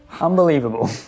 Unbelievable